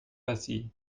passy